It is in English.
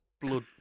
blood